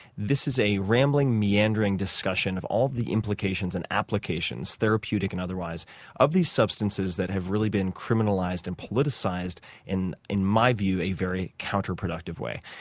this is a rambling, meandering discussion of all of the implications and applications therapeutic and otherwise of these substances that have really been criminalized and politicized and in my view a very counterproductive way.